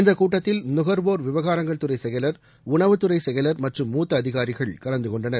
இந்தக் கூட்டத்தில் நுகர்வோர் விவகாரங்கள் துறை செயலர் உணவுத்துறை செயலர் மற்றும் மூத்த அதிகாரிகள் கலந்து கொண்டனர்